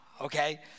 okay